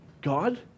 God